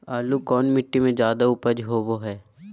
आलू कौन मिट्टी में जादा ऊपज होबो हाय?